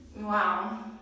wow